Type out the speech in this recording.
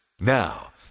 Now